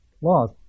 laws